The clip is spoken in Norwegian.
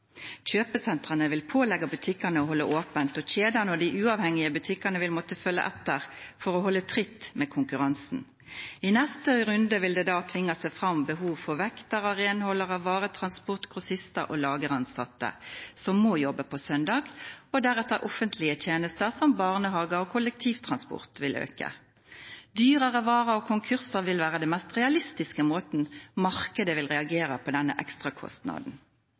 Kjøpesentrene vil pålegge butikkene å holde åpent, og kjedene og de uavhengige butikkene vil måtte følge etter for å holde tritt med konkurransen. I neste runde vil det tvinge seg fram behov for vektere, renholdere, varetransport, grossister og lageransatte, som må jobbe på søndag, og deretter vil offentlige tjenester som barnehage og kollektivtransport øke. Dyrere varer og konkurser vil være den mest realistiske måten markedet vil reagere på på denne ekstrakostnaden.